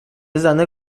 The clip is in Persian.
زنه